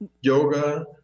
yoga